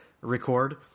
record